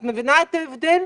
את מבינה את ההבדל?